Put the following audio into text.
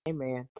Amen